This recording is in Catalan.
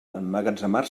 emmagatzemar